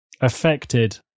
affected